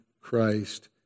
Christ